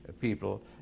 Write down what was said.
people